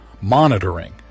monitoring